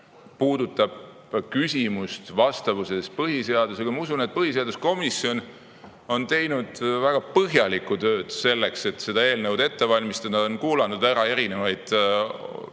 puudutab vastavust põhiseadusega – ma usun, et põhiseaduskomisjon on teinud väga põhjalikku tööd selleks, et seda eelnõu ette valmistada, on kuulanud ära eksperte, nii